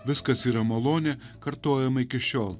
viskas yra malonė kartojama iki šiol